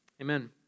Amen